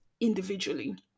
individually